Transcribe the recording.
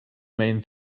main